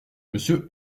monsieur